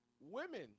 women